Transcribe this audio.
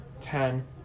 ten